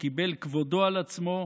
שקיבל כבודו על עצמו,